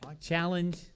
Challenge